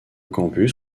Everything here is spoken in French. campus